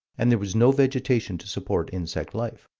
and there was no vegetation to support insect-life,